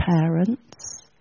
parents